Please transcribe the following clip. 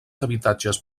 habitatges